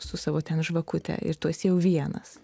su savo ten žvakute ir tu esi jau vienas